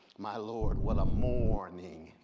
my lord, what a mourning.